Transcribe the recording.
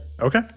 Okay